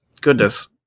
goodness